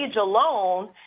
alone